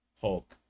Hulk